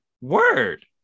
word